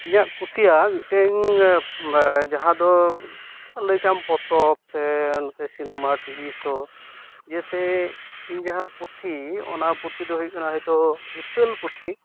ᱤᱧᱟᱹᱜ ᱠᱩᱥᱤᱭᱟᱜ ᱢᱤᱫᱴᱟᱝ ᱡᱟᱦᱟᱸ ᱫᱚ ᱞᱟᱹᱭ ᱠᱷᱟᱱᱮᱢ ᱯᱚᱛᱚᱵ ᱥᱮ ᱥᱤᱱᱮᱢᱟ ᱴᱤᱵᱷᱤᱥᱳ ᱡᱮᱥᱮ ᱤᱧ ᱡᱟᱦᱟᱸ ᱯᱩᱛᱷᱤ ᱚᱱᱟ ᱯᱩᱛᱷᱤ ᱫᱚ ᱦᱩᱭᱩᱜ ᱠᱟᱱᱟ ᱦᱚᱭᱛᱳ ᱦᱤᱛᱟᱹᱞ ᱯᱩᱛᱷᱤ